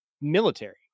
military